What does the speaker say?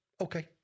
okay